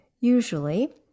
usually